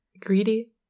Greedy